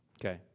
Okay